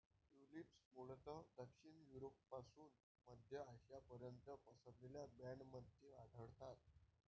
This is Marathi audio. ट्यूलिप्स मूळतः दक्षिण युरोपपासून मध्य आशियापर्यंत पसरलेल्या बँडमध्ये आढळतात